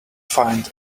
find